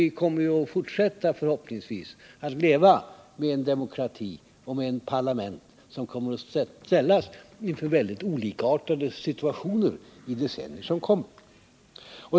Vi kommer förhoppningsvis att fortsätta att leva med en demokrati och ett parlament som kommer att ställas inför mycket olikartade situationer i de decennier som kommer.